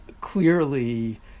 Clearly